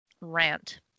Rant